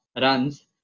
runs